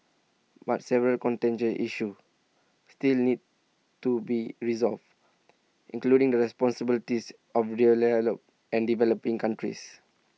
but several contentious issues still need to be resolved including the responsibilities of and developing countries